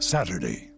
Saturday